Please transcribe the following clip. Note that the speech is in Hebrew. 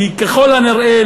כי ככל הנראה,